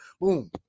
Boom